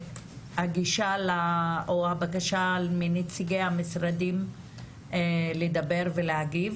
הבקשה מנציגי המשרדים לדבר ולהגיב.